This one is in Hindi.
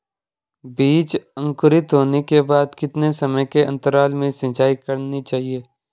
बीज अंकुरित होने के बाद कितने समय के अंतराल में सिंचाई करनी चाहिए?